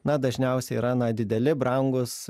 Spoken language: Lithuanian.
na dažniausiai yra na dideli brangūs